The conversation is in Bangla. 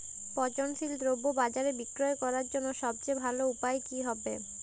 পচনশীল দ্রব্য বাজারে বিক্রয় করার জন্য সবচেয়ে ভালো উপায় কি হবে?